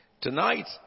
Tonight